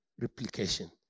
replication